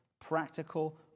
practical